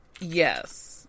yes